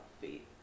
feet